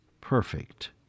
perfect